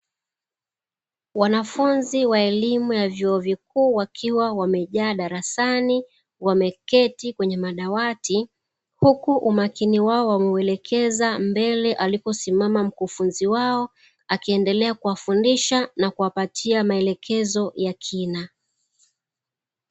Wanafunzi wa elimu ya vyuo vikuu wakiwa wamejaa darasani wameket kwenye madawati huku umakini wao umeelekezwa mbele aliposimama mkufunzi wao akiendea kuwafundisha na kuwapatia maelekezo ya kina.